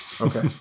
Okay